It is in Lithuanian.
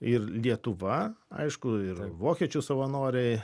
ir lietuva aišku ir vokiečių savanoriai